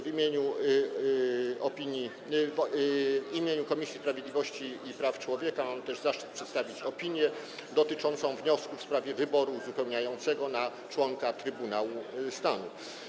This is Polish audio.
W imieniu Komisji Sprawiedliwości i Praw Człowieka mam też zaszczyt przedstawić opinię dotyczącą wniosku w sprawie wyboru uzupełniającego członka Trybunału Stanu.